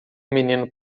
menino